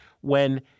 when-